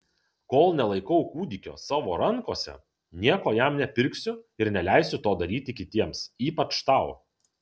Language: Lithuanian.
kol nelaikau kūdikio savo rankose nieko jam nepirksiu ir neleisiu to daryti kitiems ypač tau